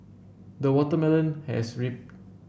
the watermelon has rip